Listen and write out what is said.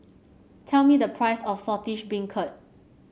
tell me the price of Saltish Beancurd